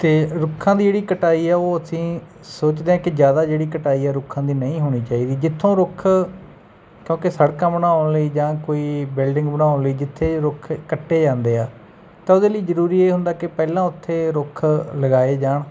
ਅਤੇ ਰੁੱਖਾਂ ਦੀ ਜਿਹੜੀ ਕਟਾਈ ਆ ਉਹ ਅਸੀਂ ਸੋਚਦੇ ਹਾਂ ਕਿ ਜ਼ਿਆਦਾ ਜਿਹੜੀ ਕਟਾਈ ਆ ਰੁੱਖਾਂ ਦੀ ਨਹੀਂ ਹੋਣੀ ਚਾਹੀਦੀ ਜਿੱਥੋਂ ਰੁੱਖ ਕਿਉਂਕਿ ਸੜਕਾਂ ਬਣਾਉਣ ਲਈ ਜਾਂ ਕੋਈ ਬਿਲਡਿੰਗ ਬਣਾਉਣ ਲਈ ਜਿੱਥੇ ਰੁੱਖ ਕੱਟੇ ਜਾਂਦੇ ਆ ਤਾਂ ਉਹਦੇ ਲਈ ਜ਼ਰੂਰੀ ਇਹ ਹੁੰਦਾ ਕਿ ਪਹਿਲਾਂ ਉੱਥੇ ਰੁੱਖ ਲਗਾਏ ਜਾਣ